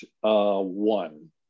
one